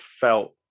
felt